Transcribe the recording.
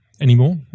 anymore